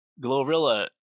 Glorilla